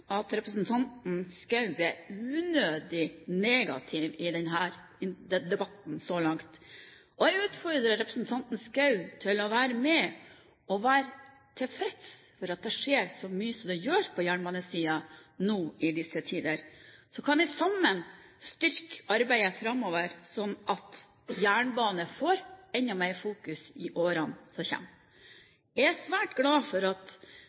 at representanten Schou er unødig negativ i debatten så langt. Jeg utfordrer representanten Schou til å være med og være tilfreds med at det skjer så mye som det gjør på jernbanesiden i disse tider. Så kan vi sammen styrke arbeidet framover, slik at jernbanen får enda mer fokus i årene som kommer. Jeg er svært glad for at